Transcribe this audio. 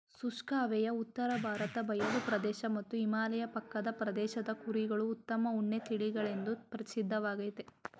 ಶುಷ್ಕ ಹವೆಯ ಉತ್ತರ ಭಾರತ ಬಯಲು ಪ್ರದೇಶ ಮತ್ತು ಹಿಮಾಲಯ ಪಕ್ಕದ ಪ್ರದೇಶದ ಕುರಿಗಳು ಉತ್ತಮ ಉಣ್ಣೆ ತಳಿಗಳೆಂದು ಪ್ರಸಿದ್ಧವಾಗಯ್ತೆ